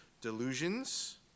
delusions